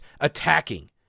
attacking